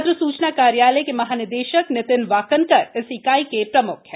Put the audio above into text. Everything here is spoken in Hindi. त्र सूचना कार्यालय के महानिदेशक नितिन वाकनकर इस इकाई के प्रम्ख हैं